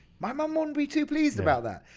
my mum wouldn't be too pleased about that.